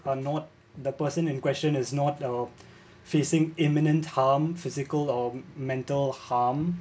are not the person in question is not uh facing imminent harm physical or mental harm